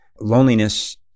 loneliness